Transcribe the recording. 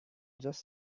just